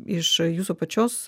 iš jūsų pačios